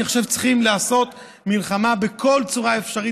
צריכים לעשות מלחמה בכל צורה אפשרית,